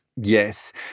yes